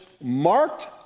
marked